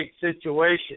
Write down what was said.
situation